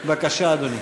בבקשה, אדוני.